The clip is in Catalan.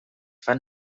fan